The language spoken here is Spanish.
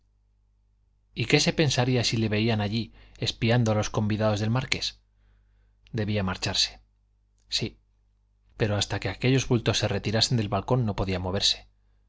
y qué se pensaría si le veían allí espiando a los convidados del marqués debía marcharse sí pero hasta que aquellos bultos se retirasen del balcón no podía moverse